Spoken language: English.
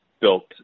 built